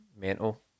mental